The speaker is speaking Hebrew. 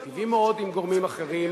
הם מיטיבים מאוד עם גורמים אחרים,